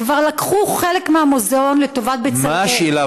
כבר לקחו חלק מהמוזיאון לטובת "בצלאל" --- מה השאלה,